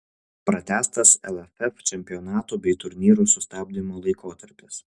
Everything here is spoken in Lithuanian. pratęstas lff čempionatų bei turnyrų sustabdymo laikotarpis